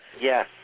Yes